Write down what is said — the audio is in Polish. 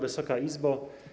Wysoka Izbo!